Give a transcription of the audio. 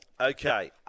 Okay